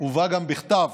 הובאה גם בכתב